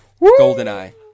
GoldenEye